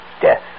death